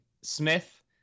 Smith